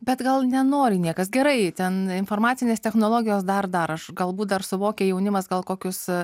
bet gal nenori niekas gerai ten informacinės technologijos dar dar aš galbūt dar suvokia jaunimas gal kokius